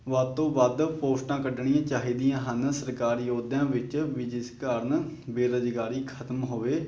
ਵੱਧ ਤੋਂ ਵੱਧ ਪੋਸਟਾਂ ਕੱਢਣੀਆਂ ਚਾਹੀਦੀਆਂ ਹਨ ਸਰਕਾਰੀ ਅਹੁਦਿਆਂ ਵਿੱਚ ਵੀ ਜਿਸ ਕਾਰਨ ਬੇਰੁਜ਼ਗਾਰੀ ਖਤਮ ਹੋਵੇ